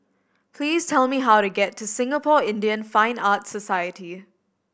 please tell me how to get to Singapore Indian Fine Arts Society